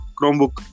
Chromebook